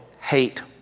hate